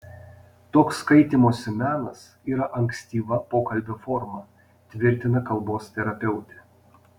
toks kaitymosi menas yra ankstyva pokalbio forma tvirtina kalbos terapeutė